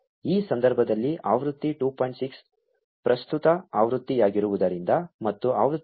6 ಪ್ರಸ್ತುತ ಆವೃತ್ತಿಯಾಗಿರುವುದರಿಂದ ಮತ್ತು ಆವೃತ್ತಿ 2